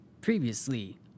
Previously